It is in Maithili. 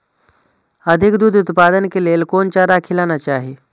अधिक दूध उत्पादन के लेल कोन चारा खिलाना चाही?